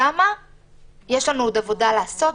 שם יש לנו עוד עבודה לעשות,